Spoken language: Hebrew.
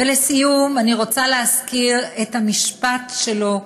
ולסיום, אני רוצה להזכיר את המשפט שלו,